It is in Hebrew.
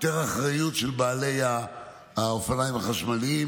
יותר אחריות של בעלי האופניים החשמליים